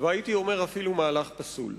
והייתי אומר אפילו מהלך פסול.